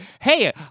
hey